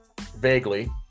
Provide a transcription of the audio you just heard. Vaguely